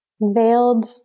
veiled